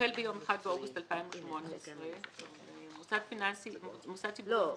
החל ביום כ' באב התשע"ח (1 באוגוסט 2018) -- לא,